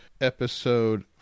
Episode